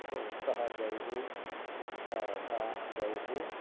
स् सः गौः उत्थाय सा गौः